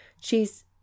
She's